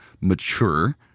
mature